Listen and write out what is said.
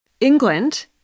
England